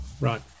Right